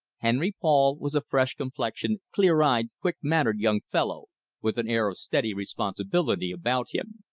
henry paul was a fresh-complexioned, clear-eyed, quick-mannered young fellow with an air of steady responsibility about him.